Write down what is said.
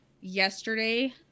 yesterday